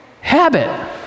Habit